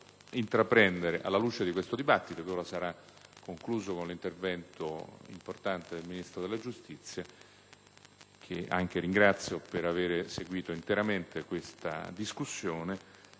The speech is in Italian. del Parlamento, alla luce di questo dibattito che sarà ora concluso con l'intervento importante del Ministro della giustizia (che ringrazio anche per aver seguito interamente questa discussione),